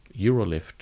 Eurolift